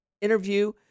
interview